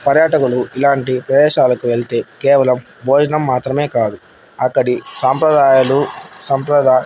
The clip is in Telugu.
పర్యాటకులు ఇలాంటి ప్రదేశాలకు వెళ్తే కేవలం భోజనం మాత్రమే కాదు అక్కడి సాంప్రదాయాలు సంప్రదా